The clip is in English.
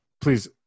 Please